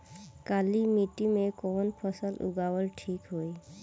काली मिट्टी में कवन फसल उगावल ठीक होई?